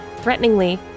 Threateningly